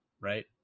right